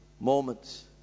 moments